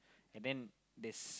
and then there's